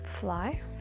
fly